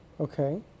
Okay